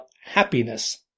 happiness